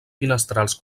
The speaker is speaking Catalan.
finestrals